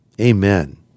amen